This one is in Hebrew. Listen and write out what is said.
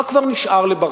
מה כבר נשאר לברק?